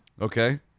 Okay